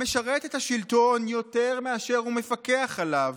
המשרת את השלטון יותר מאשר הוא מפקח עליו,